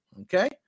Okay